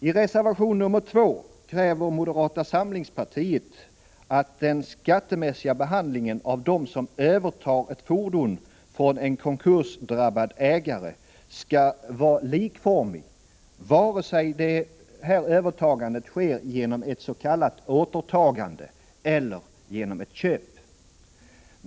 I reservation 2 kräver moderata samlingspartiet att den skattemässiga behandlingen av dem som övertar ett fordon från en konkursdrabbad ägare skall vara likformig vare sig detta övertagande sker genom ett s.k. återtagande eller genom ett köp.